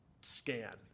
scan